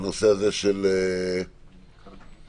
בנושא -- עסקים בתוך עסקים.